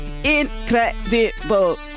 incredible